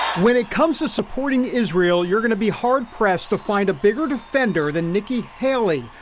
when it comes to supporting israel, you're going to be hard-pressed to find a bigger defender than nikki haley.